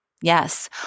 Yes